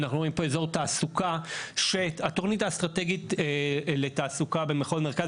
אנחנו רואים פה אזור תעסוקה של התכנית האסטרטגית לתעסוקה במחוז מרכז,